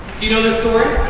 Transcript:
do you know this story?